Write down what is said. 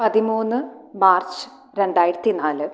പതിമൂന്ന് മാർച്ച് രണ്ടായിരത്തിനാല്